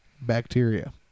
bacteria